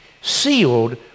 Sealed